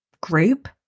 group